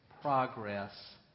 progress